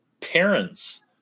parents